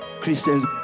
Christians